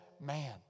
man